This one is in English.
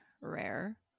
rare